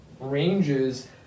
ranges